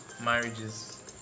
marriages